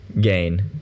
gain